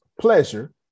pleasure